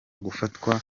gufatwa